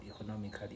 economically